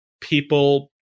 people